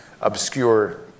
obscure